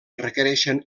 requereixen